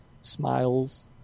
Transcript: smiles